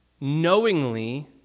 knowingly